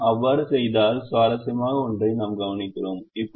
நாம் அவ்வாறு செய்தால் சுவாரஸ்யமான ஒன்றை நாம் கவனிக்கிறோம்